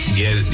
get